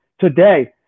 today